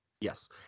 Yes